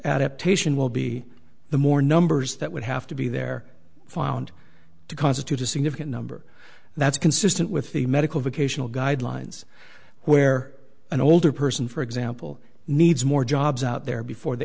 adaptation will be the more numbers that would have to be there found to constitute a significant number that's consistent with the medical vocational guidelines where an older person for example needs more jobs out there before the